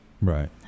Right